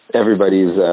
everybody's